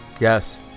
Yes